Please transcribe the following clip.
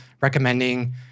recommending